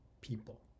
people